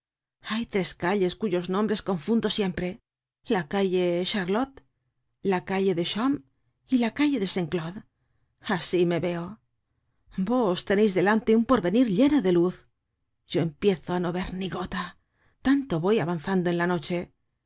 hay tres calles cuyos nombres confundo siempre la calle charlot la calle de chaume y la calle de saint claude asi me veo vos teneis delante un porvenir lleno de luz yo empiezo á no ver ni gota tanto voy avanzando en la noche